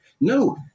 no